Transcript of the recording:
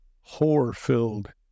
horror-filled